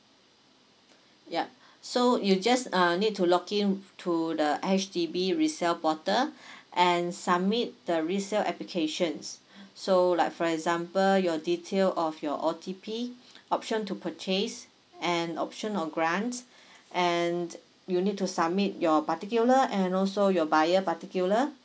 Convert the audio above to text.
yup so you just uh need to login to the H_D_B resell portal and submit the resell applications so like for example your detail of your O_T_P option to purchase and option of grants and you need to submit your particular and also your buyer particular